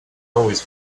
always